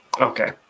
Okay